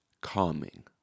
calming